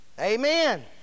Amen